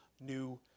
new